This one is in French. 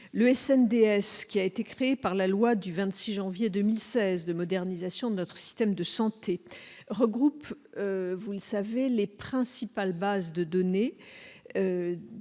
l'USN DS qui a été créé par la loi du 26 janvier 2016 de modernisation de notre système de santé regroupe, vous le savez, les principales bases de données